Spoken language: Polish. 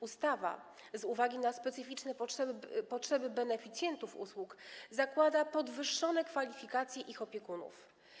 Ustawa z uwagi na specyficzne potrzeby beneficjentów usług zakłada podwyższone kwalifikacje ich opiekunów.